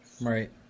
right